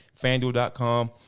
fanduel.com